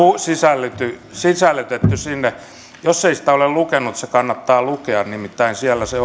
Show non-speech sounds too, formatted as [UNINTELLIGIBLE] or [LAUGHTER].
sisällytetty sisällytetty jos ei sitä ole lukenut se kannattaa lukea nimittäin siellä se [UNINTELLIGIBLE]